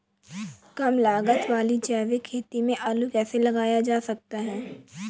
कम लागत वाली जैविक खेती में आलू कैसे लगाया जा सकता है?